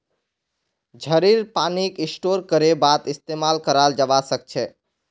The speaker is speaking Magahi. झड़ीर पानीक स्टोर करे बादे इस्तेमाल कराल जबा सखछे